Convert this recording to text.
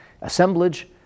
assemblage